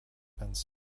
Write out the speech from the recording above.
have